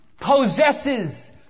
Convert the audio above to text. possesses